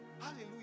Hallelujah